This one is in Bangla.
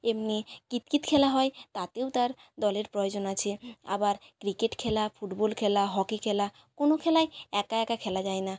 এমনি কিতকিত খেলা হয় তাতেও তার দলের প্রয়োজন আছে আবার ক্রিকেট খেলা ফুটবল খেলা হকি খেলা কোনো খেলাই একা একা খেলা যায় না